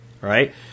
Right